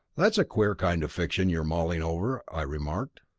that's a queer kind of fiction you're mulling over, i remarked.